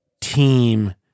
team